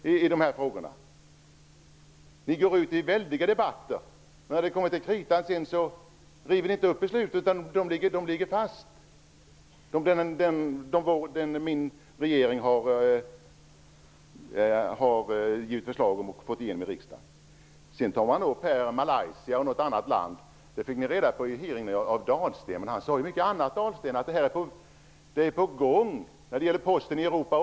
Ni går ut hårt i debatter, men när det kommer till kritan river ni inte upp de beslut som regeringen har fått igenom i riksdagen utan låter dem ligga fast. Man tar upp förhållandena i Malaysia och något annat land. Hur det är där fick ni reda på av Ulf Dahlsten vid hearingen, men han sade också mycket annat. Han sade att samma sak är på gång när det gäller posten i Europa.